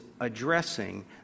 addressing